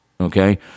Okay